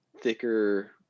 thicker